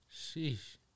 Sheesh